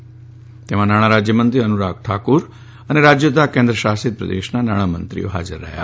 આ બેઠકમાં નાણાં રાજ્યમંત્રી અનુરાગ ઠાકુર અને રાજ્યો અને કેન્દ્ર શાસિત પ્રદેશોના નાણા મંત્રીઓ હાજર રહ્યાહતા